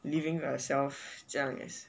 living by yourself 这样 is